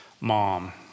mom